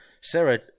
Sarah